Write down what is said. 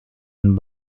and